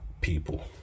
people